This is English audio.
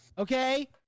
Okay